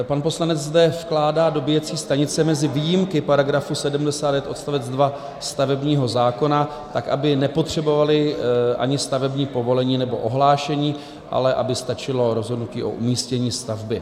Pan poslanec zde vkládá dobíjecí stanice mezi výjimky § 79 odst. 2 stavebního zákona tak, aby nepotřebovaly ani stavební povolení nebo ohlášení, ale aby stačilo rozhodnutí o umístění stavby.